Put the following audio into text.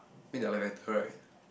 make their life better right